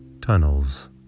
tunnels